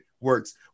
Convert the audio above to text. works